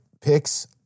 picks